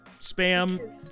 spam